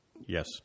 Yes